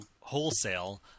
wholesale